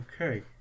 Okay